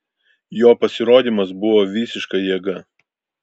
jo pasirodymas buvo visiška jėga